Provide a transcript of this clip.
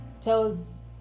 tells